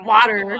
Water